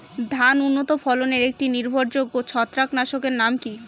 ধান উন্নত ফলনে একটি নির্ভরযোগ্য ছত্রাকনাশক এর নাম কি?